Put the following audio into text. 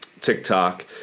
TikTok